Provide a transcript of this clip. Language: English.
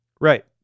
Right